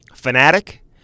Fanatic